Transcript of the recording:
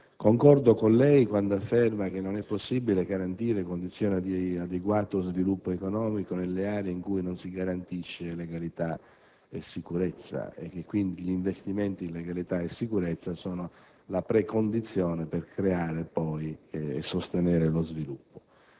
Concordo con lei quando afferma che non è possibile garantire condizioni di adeguato sviluppo economico nelle aree in cui non si garantisce legalità e sicurezza e che quindi gli investimenti in legalità e sicurezza sono la precondizione per creare e sostenere lo sviluppo.